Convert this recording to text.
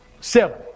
Seven